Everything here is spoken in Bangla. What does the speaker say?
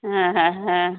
হ্যাঁ হ্যাঁ হ্যাঁ